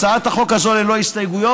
הצעת החוק הזו היא ללא הסתייגויות,